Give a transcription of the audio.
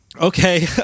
Okay